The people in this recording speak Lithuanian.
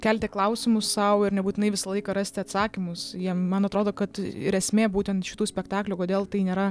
kelti klausimus sau ir nebūtinai visą laiką rasti atsakymus jie man atrodo kad ir esmė būtent šitų spektaklių kodėl tai nėra